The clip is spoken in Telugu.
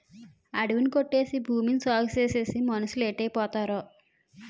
అడివి ని కొట్టేసి భూమిని సాగుచేసేసి మనుసులేటైపోతారో